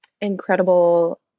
incredible